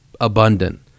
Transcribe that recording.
abundant